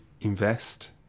invest